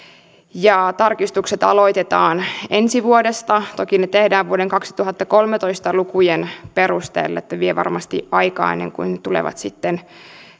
ja tarkistukset aloitetaan ensi vuodesta toki ne tehdään vuoden kaksituhattakolmetoista lukujen perusteella niin että vie varmasti aikaa ennen kuin ne tulevat sitten